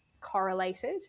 correlated